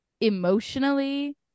emotionally